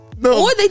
No